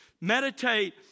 Meditate